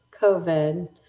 COVID